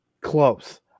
Close